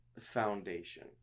foundation